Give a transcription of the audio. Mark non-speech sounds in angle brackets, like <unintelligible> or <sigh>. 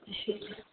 <unintelligible>